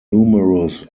numerous